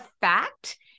fact